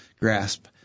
grasp